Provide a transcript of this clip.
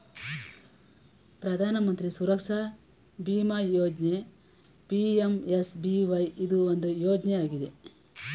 ಪ್ರಧಾನ ಮಂತ್ರಿ ಸುರಕ್ಷಾ ಬಿಮಾ ಯೋಜ್ನ ಪಿ.ಎಂ.ಎಸ್.ಬಿ.ವೈ ಇದು ಒಂದು ಯೋಜ್ನ ಆಗಿದೆ